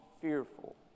fearful